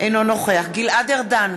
אינו נוכח גלעד ארדן,